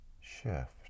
shift